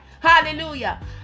hallelujah